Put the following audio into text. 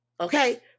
Okay